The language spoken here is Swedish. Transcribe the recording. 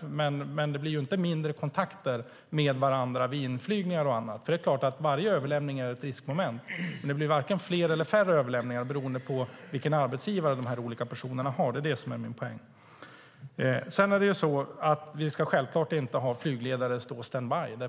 Men det blir inte färre kontakter med varandra vid inflygningar. Det är klart att varje överlämning är ett riskmoment, men det blir varken fler eller färre överlämningar beroende på vilken arbetsgivare de olika personerna har. Det är min poäng. Vi ska självklart inte låta flygledare stå standby.